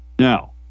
Now